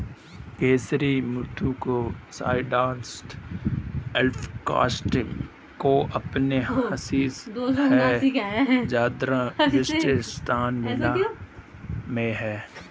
कसूरी मेथी के side effects के अपने हिस्से है ज्यादातर विशिष्ट स्वास्थ्य मामलों में है